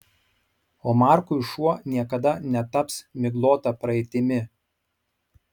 o markui šuo niekada netaps miglota praeitimi